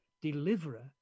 deliverer